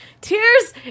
Tears